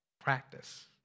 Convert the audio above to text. practice